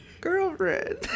girlfriend